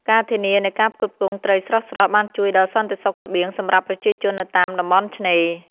ការធានានូវការផ្គត់ផ្គង់ត្រីស្រស់ៗបានជួយដល់សន្តិសុខស្បៀងសម្រាប់ប្រជាជននៅតាមតំបន់ឆ្នេរ។